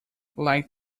like